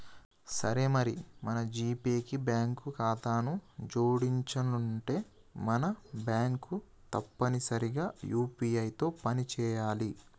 సరే మరి మన జీపే కి బ్యాంకు ఖాతాను జోడించనుంటే మన బ్యాంకు తప్పనిసరిగా యూ.పీ.ఐ తో పని చేయాలి